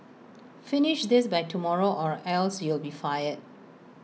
finish this by tomorrow or else you'll be fired